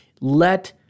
Let